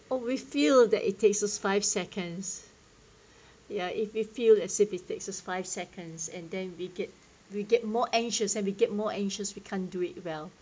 oh we feel that it takes us five seconds ya if you feel as if it takes us five seconds and then we get we get more anxious and we get more anxious we can't do it well